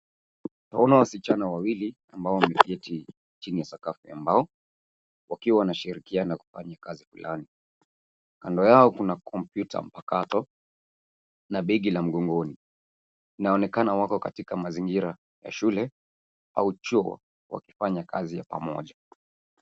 Tunaona wasichana wawili ambao wameketi chini ya sakafu ya mbao wakiwa wanashirikiana kufanya kazi fulani. Kando yao kuna kompyuta mpakato na begi la mgongoni. Inaonekana wako katika mazingira ya shule au chuo wakifanya kazi ya pamoja.